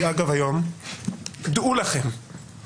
זה נכון שאם אנחנו מתקנים את סעיף 68(א)